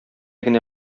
генә